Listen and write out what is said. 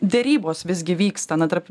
derybos visgi vyksta na tarp